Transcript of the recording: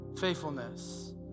faithfulness